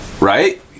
Right